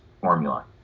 formula